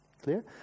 clear